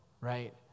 right